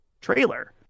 trailer